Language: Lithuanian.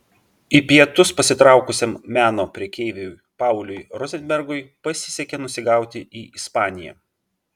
į pietus pasitraukusiam meno prekeiviui pauliui rozenbergui pasisekė nusigauti į ispaniją